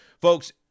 folks